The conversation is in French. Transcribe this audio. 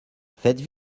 faites